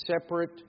separate